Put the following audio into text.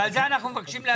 ועל זה אנחנו מבקשים להצביע.